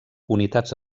unitats